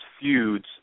feuds